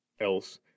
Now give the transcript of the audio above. else